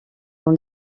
dans